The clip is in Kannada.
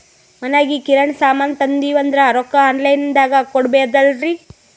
ಮನಿಗಿ ಕಿರಾಣಿ ಸಾಮಾನ ತಂದಿವಂದ್ರ ರೊಕ್ಕ ಆನ್ ಲೈನ್ ದಾಗ ಕೊಡ್ಬೋದಲ್ರಿ?